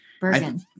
Bergen